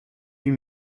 huit